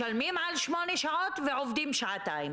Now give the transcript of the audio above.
משלמים ועובדים שעתיים.